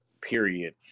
period